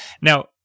Now